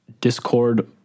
Discord